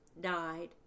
died